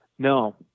No